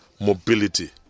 mobility